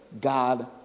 God